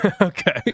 Okay